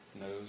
knows